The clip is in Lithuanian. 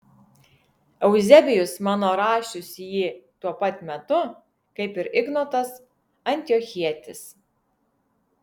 euzebijus mano rašius jį tuo pat metu kaip ir ignotas antiochietis